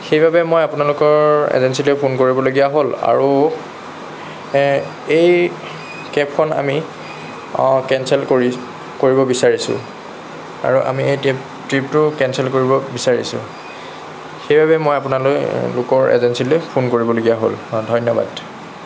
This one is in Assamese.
সেইবাবেই মই আপোনালোকৰ এজেঞ্চিলৈ ফোন কৰিবলগীয়া হ'ল আৰু এই কেবখন আমি কেঞ্চেল কৰি কৰিব বিচাৰিছোঁ আৰু আমি এই ট্ৰেপ ট্ৰিপতোও কেঞ্চেল কৰিব বিচাৰিছোঁ সেইবাবে মই আপোনালৈ লোকৰ এজেঞ্চিলৈ ফোন কৰিবলগীয়া হ'ল অঁ ধন্যবাদ